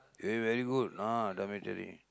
eh very good ah dormitory